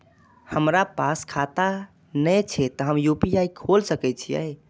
हमरा पास खाता ने छे ते हम यू.पी.आई खोल सके छिए?